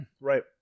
Right